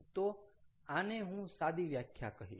તો આને હું સાદી વ્યાખ્યા કહીશ